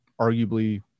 arguably